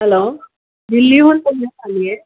hello दिल्लीहून आली आहे